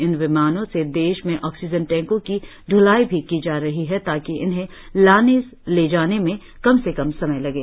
इन विमानों से देश में ऑक्सीजन टैकों की ढ्लाई भी की जा रही है ताकि इन्हें लाने ले जाने में कम से कम समय लगे